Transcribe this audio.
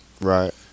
Right